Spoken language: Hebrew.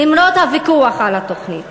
למרות הוויכוח על התוכנית